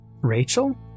Rachel